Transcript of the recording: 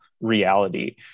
reality